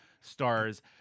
stars